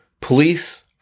Police